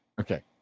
Okay